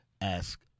Ask